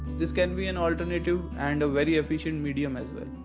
this can be an alternative and a very efficient medium as well.